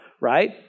right